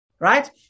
right